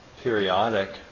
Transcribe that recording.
periodic